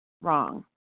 Wrong